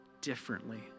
differently